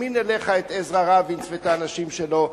תזמין אליך את עזרא רבינס ואת האנשים שלו,